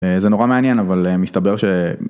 זה נורא מעניין אבל מסתבר ש...